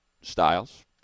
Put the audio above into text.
styles